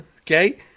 okay